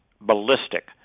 ballistic